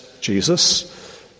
Jesus